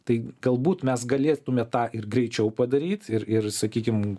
tai galbūt mes galėtume tą ir greičiau padaryt ir ir sakykim